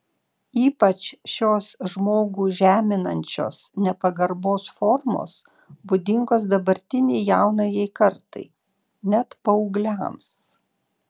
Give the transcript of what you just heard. ypač šios žmogų žeminančios nepagarbos formos būdingos dabartinei jaunajai kartai net paaugliams